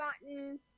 gotten